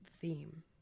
theme